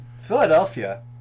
Philadelphia